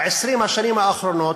ב-20 השנים האחרונות,